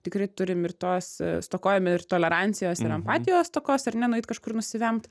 tikrai turim ir tos stokojam ir tolerancijos ir empatijos stokos ar ne nueit kažkur nusivemt